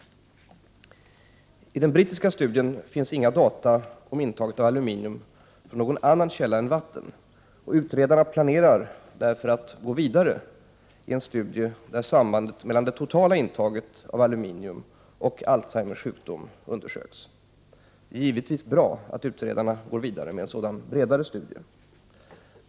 I den brittiska studien finns inga data om intaget av aluminium från någon annan källa än vatten, och utredarna planerar att gå vidare i en studie där sambandet mellan det totala intaget av aluminium och Alzheimers sjukdom undersöks. Det är givetvis bra att utredarna går vidare med en sådan bredare studie.